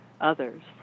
others